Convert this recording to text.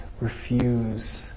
refuse